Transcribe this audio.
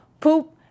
Poop